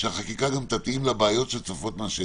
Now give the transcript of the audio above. שהחקיקה תתאים לבעיות שעולות מהשטח.